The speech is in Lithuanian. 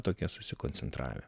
tokie susikoncentravę